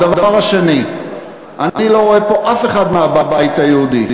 הדבר השני, אני לא רואה פה אף אחד מהבית היהודי.